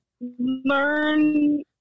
Learn